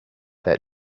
that